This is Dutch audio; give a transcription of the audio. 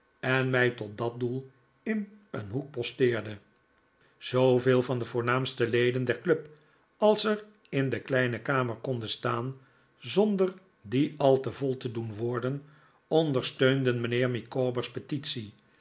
en mij tot dat doel in een hoek posteerde mijnheer micawber komt weer vrij zooveel van de voornaamste leden der club als er in de kleine kamer konden staan zonder die al te vol te doen worden ondersteunden mijnheer micawber's petitie